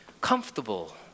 comfortable